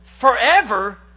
forever